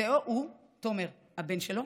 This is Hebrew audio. זה או הוא, תומר, הבן שלו,